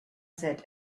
said